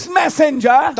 messenger